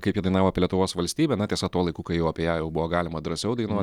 kaip jie dainavo apie lietuvos valstybę na tiesa tuo laiku kai jau apie ją jau buvo galima drąsiau dainuot